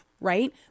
Right